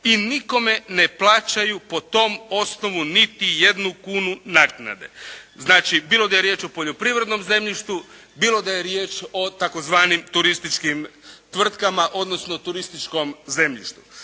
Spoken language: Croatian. i nikome ne plaćaju po tom osnovu niti jednu kunu naknade. Znači bilo da je riječ o poljoprivrednom zemljištu, bilo da je riječ o tzv. turističkim tvrtkama, odnosno turističkom zemljištu.